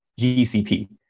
GCP